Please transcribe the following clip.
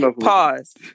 Pause